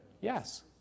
Yes